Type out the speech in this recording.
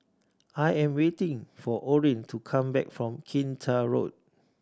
I am waiting for Orrin to come back from Kinta Road